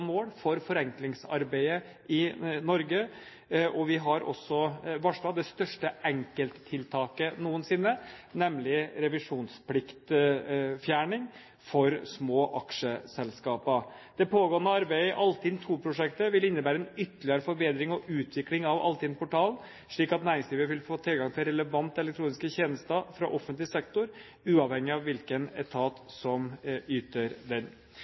mål for forenklingsarbeidet i Norge. Vi har også varslet det største enkelttiltaket noensinne, nemlig revisjonspliktfjerning for små aksjeselskaper. Det pågående arbeidet i Altinn II-prosjektet vil innebære en ytterligere forbedring og utvikling av Altinn-portalen, slik at næringslivet vil få tilgang til relevante elektroniske tjenester fra offentlig sektor, uavhengig av hvilken etat som yter